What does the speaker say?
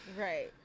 Right